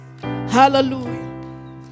Hallelujah